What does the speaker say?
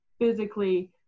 physically